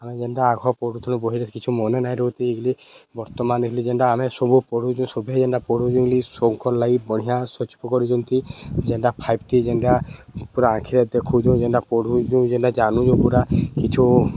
ଆମେ ଯେନ୍ତା ଆଗରୁ ପଢ଼ୁଥିଲୁ ବହିରେ କିଛି ମନେ ନାଇଁ ରହୁଚି ଇଲି ବର୍ତ୍ତମାନ ହେଲି ଯେନ୍ତା ଆମେ ସବୁ ପଢ଼ୁଚୁଁ ସଭିଏଁ ଯେନ୍ଟା ପଢ଼ୁଚନ୍ତି ସଭଙ୍କର୍ ଲାଗି ବଢ଼ିଆ ସବିବ କରୁଚନ୍ତି ଯେନ୍ଟା ଫାଇଭ୍ଟି ଯେନ୍ଟା ପୁରା ଆଖିରେ ଦେଖୁଚୁଁ ଯେନ୍ଟା ପଢ଼ୁଚୁଁ ଯେନ୍ଟା ଜାନୁଚୁଁ ପୁରା କିଛୁ